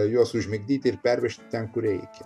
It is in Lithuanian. juos užmigdyti ir pervežti ten kur reikia